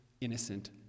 innocent